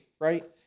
right